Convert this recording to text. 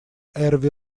эрве